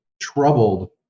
troubled